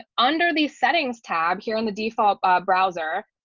under the settings tab here on the default browser,